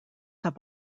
have